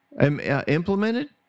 implemented